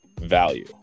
value